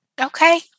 Okay